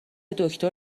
دکتر